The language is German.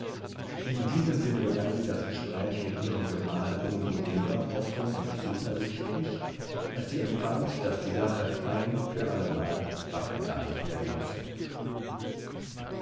in diesem sinne begann sie das gespräch mit ihrem gemahl um so mehr offen und zuversichtlich als sie empfand daß die sache ein für allemal abgetan werden müsse